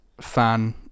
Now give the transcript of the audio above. fan